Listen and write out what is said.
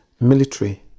military